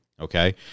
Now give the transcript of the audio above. Okay